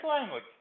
language